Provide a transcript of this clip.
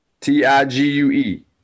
T-I-G-U-E